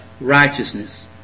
righteousness